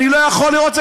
אני לא יכול לראות את זה,